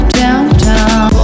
downtown